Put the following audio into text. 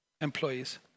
employees